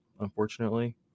unfortunately